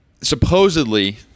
supposedly